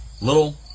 little